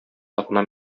атна